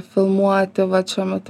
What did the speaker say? filmuoti vat šiuo metu